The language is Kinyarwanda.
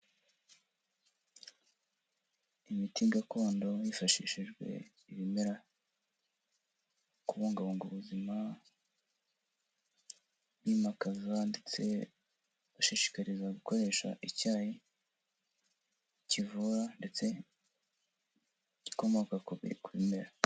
Imiti gakondo hifashishijwe ibimera, kubungabunga ubuzima, kwimakaza, ndetse gushishikariza gukoresha icyayi kivura, ndetse gikomoka ku bimera.